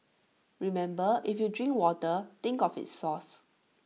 remember if you drink water think of its source